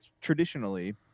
traditionally